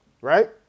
right